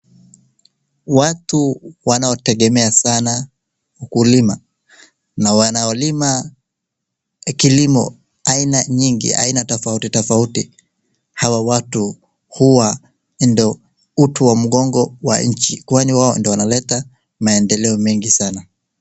Watu wanaotegemea sana ukulima na wanaolima kilimo aina nyingi, aina tofauti tofauti , hawa watu hua ndo utu wa mgongo wa inchi kwani wao ndo wanaleta maendeleo mengi sana.